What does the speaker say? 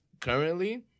currently